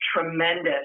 tremendous